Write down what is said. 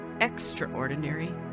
extraordinary